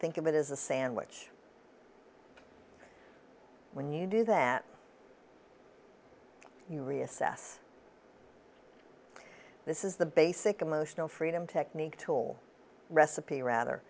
think of it as a sandwich when you do that you reassess this is the basic emotional freedom technique tool recipe rather